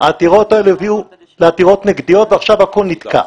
העתירות האלה הביאו לעתירות נגדיות ועכשיו הכול נתקע.